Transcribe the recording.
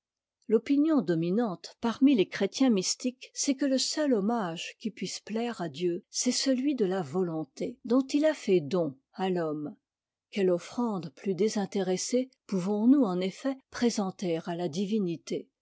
l'opinion dominante parmi les chrétiens mystiques c'est que le seul hommage qui puisse plaire à dieu c'est celui de la volonté dont il a fait don à l'homme quelle offrande plus désintéressée pouvons-nous en effet présenter à la divinité